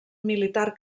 militar